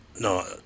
no